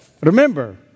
Remember